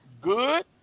good